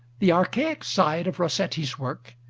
the archaic side of rossetti's work,